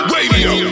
Radio